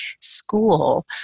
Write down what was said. school